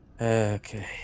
okay